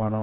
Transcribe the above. మనం